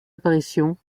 apparitions